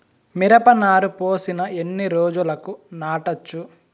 మిరప నారు పోసిన ఎన్ని రోజులకు నాటచ్చు?